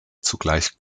zugleich